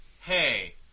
hey